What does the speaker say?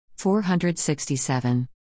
467